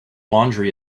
laundry